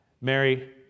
Mary